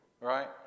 right